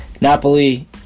Napoli